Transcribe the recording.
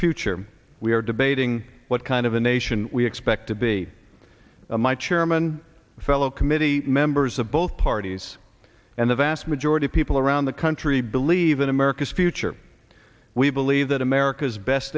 future we are debating what kind of a nation we expect to be my chairman fellow committee members of both parties and the vast majority of people around the country believe in america's future we believe that america's best